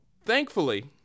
thankfully